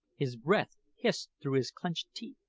his breath hissed through his clenched teeth,